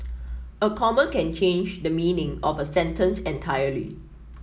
a comma can change the meaning of a sentence entirely